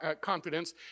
confidence